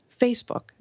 Facebook